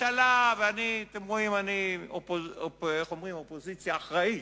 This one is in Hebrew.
אתם רואים שאני אופוזיציה אחראית,